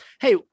hey